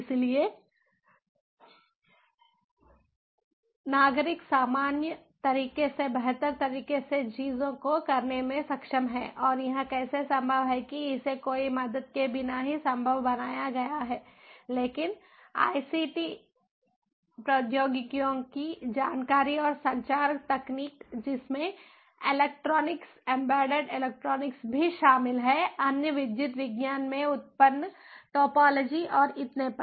इसलिए नागरिक सामान्य तरीके से बेहतर तरीके से चीजों को करने में सक्षम हैं और यह कैसे संभव है कि इसे कोई मदद के बिना ही संभव बनाया गया है लेकिन आईसीटी प्रौद्योगिकियों की जानकारी और संचार तकनीक जिसमें इलेक्ट्रॉनिक्स एम्बेडेड इलेक्ट्रॉनिक्स भी शामिल हैं अन्य विद्युत विज्ञान में उन्नत टोपोलॉजी और इतने पर